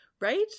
Right